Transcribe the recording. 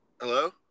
hello